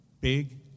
big